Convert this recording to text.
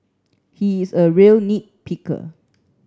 he is a real nit picker